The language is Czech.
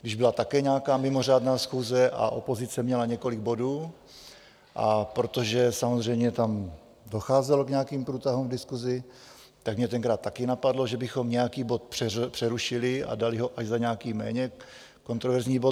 Když byla také nějaká mimořádná schůze a opozice měla několik bodů, a protože samozřejmě tam docházelo k nějakým průtahům v diskusi, tak mě tenkrát taky napadlo, že bychom nějaký bod přerušili a dali ho až za nějaký méně kontroverzní bod.